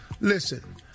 Listen